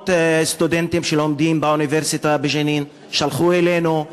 מאות סטודנטים שלומדים באוניברסיטה בג'נין שלחו אלינו,